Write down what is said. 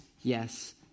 yes